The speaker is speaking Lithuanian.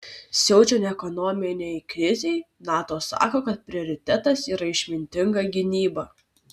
siaučiant ekonominei krizei nato sako kad prioritetas yra išmintinga gynyba